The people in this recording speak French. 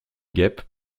guêpes